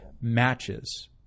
matches